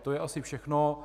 To je asi všechno.